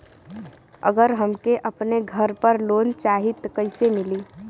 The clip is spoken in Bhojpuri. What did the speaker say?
अगर हमके अपने घर पर लोंन चाहीत कईसे मिली?